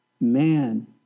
man